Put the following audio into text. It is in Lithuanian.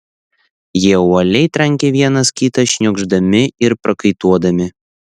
jie uoliai trankė vienas kitą šniokšdami ir prakaituodami